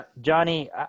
johnny